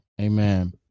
Amen